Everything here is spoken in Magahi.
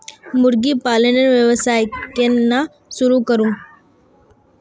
मुर्गी पालनेर व्यवसाय केन न शुरु करमु